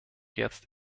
jetzt